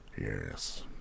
Yes